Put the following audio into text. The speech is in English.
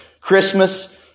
Christmas